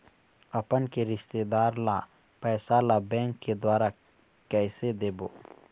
अपन के रिश्तेदार ला पैसा ला बैंक के द्वारा कैसे देबो?